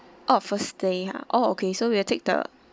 oh first day ah oh okay so we'll take the